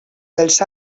dels